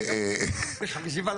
אני